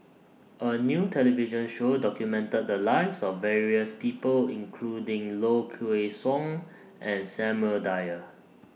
A New television Show documented The Lives of various People including Low Kway Song and Samuel Dyer